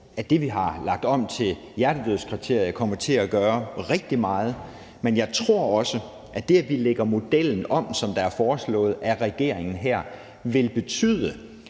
at det, at vi har lagt om til hjertedødskriteriet, kommer til at gøre rigtig meget, men jeg tror også, at det, at vi lægger modellen om, som det er foreslået af regeringen her, vil betyde,